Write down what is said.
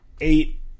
Eight